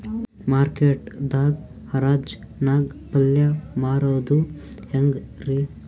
Market ದಾಗ್ ಹರಾಜ್ ನಾಗ್ ಪಲ್ಯ ಮಾರುದು ಹ್ಯಾಂಗ್ ರಿ?